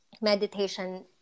meditation